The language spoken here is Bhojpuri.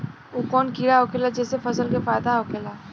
उ कौन कीड़ा होखेला जेसे फसल के फ़ायदा होखे ला?